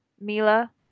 Mila